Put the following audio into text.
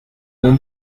una